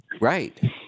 Right